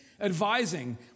advising